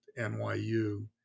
NYU